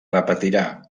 repetirà